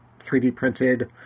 3D-printed